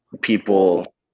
people